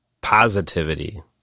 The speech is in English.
positivity